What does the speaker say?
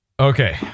Okay